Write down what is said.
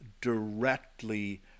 directly